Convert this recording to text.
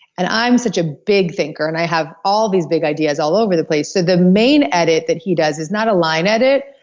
and i'm such a big thinker and i have all these big ideas all over the place, so the main edit that he does is not a line edit,